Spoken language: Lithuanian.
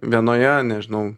vienoje nežinau